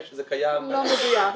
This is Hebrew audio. זה קיים -- לא מדויק.